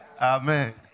Amen